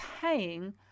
paying